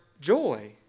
joy